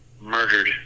murdered